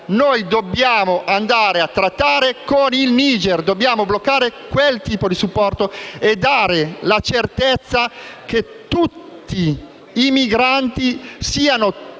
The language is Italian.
Noi dobbiamo andare a trattare con il Niger, bloccare quel tipo di supporto, e dare la certezza che tutti i migranti siano tolti